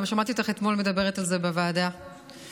גם שמעתי אותך אתמול מדברת על זה בוועדה שהיינו.